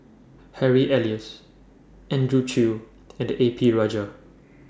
Harry Elias Andrew Chew and A P Rajah